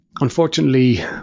unfortunately